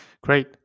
Great